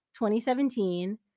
2017